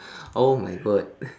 oh my god